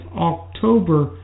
October